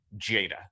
Jada